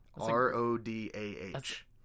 R-O-D-A-H